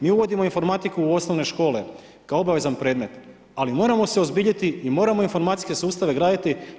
Mi uvodimo informatiku osnovne škole kao obavezan predmet ali moramo se uozbiljiti i moramo informacijske sustave graditi.